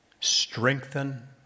Strengthen